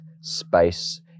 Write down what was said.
space